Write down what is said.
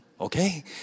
Okay